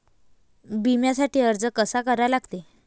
बिम्यासाठी अर्ज कसा करा लागते?